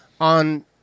on